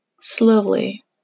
slowly